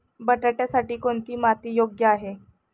बटाट्यासाठी कोणती माती योग्य आहे?